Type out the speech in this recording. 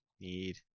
need